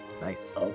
Nice